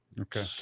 Okay